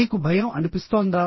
మీకు భయం అనిపిస్తోందా